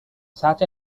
such